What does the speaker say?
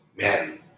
man